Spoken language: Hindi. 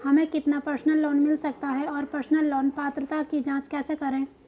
हमें कितना पर्सनल लोन मिल सकता है और पर्सनल लोन पात्रता की जांच कैसे करें?